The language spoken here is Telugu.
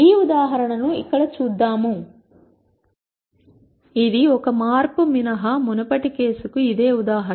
ఈ ఉదాహరణను ఇక్కడ చూద్దాం ఇది ఒక మార్పు మినహా మునుపటి కేసు కు ఇదే ఉదాహరణ